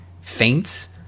faints